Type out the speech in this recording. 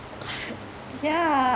yeah